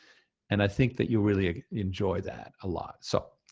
and i think that you'll really enjoy that a lot. so,